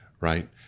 right